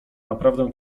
naprawdę